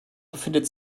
befindet